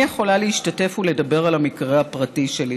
יכולה להשתתף ולדבר על המקרה הפרטי שלי.